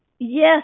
Yes